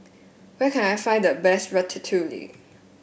where can I find the best Ratatouille